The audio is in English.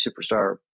superstar